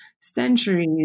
centuries